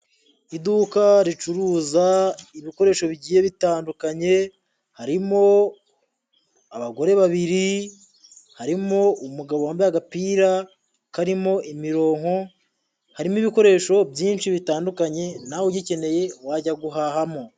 Iduka ricuruza ibikoresho bigiye bitandukanye, harimo abagore babiri, harimo umugabo wambaye agapira karimo imirongonko, harimo ibikoresho byinshi bitandukanye, nawe ugikeneye wajya guhahamo.